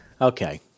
Okay